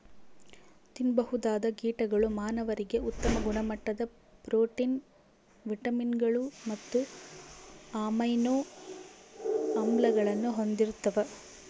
ತಿನ್ನಬಹುದಾದ ಕೀಟಗಳು ಮಾನವರಿಗೆ ಉತ್ತಮ ಗುಣಮಟ್ಟದ ಪ್ರೋಟೀನ್, ವಿಟಮಿನ್ಗಳು ಮತ್ತು ಅಮೈನೋ ಆಮ್ಲಗಳನ್ನು ಹೊಂದಿರ್ತವ